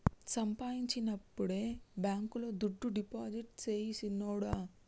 సంపాయించినప్పుడే బాంకీలో దుడ్డు డిపాజిట్టు సెయ్ సిన్నోడా